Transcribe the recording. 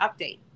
Update